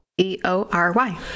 E-O-R-Y